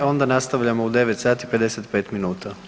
Onda nastavljamo u 9 sati i 55 minuta.